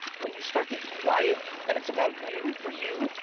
when you start getting quiet and it's about you for you,